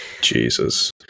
Jesus